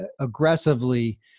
aggressively